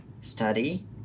study